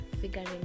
figuring